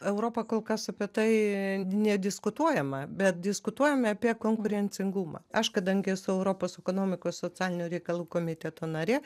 europa kol kas apie tai nediskutuojama bet diskutuojame apie konkurencingumą aš kadangi esu europos ekonomikos socialinių reikalų komiteto narė